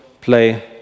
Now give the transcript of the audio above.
play